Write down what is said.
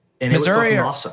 Missouri